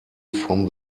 from